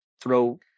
throw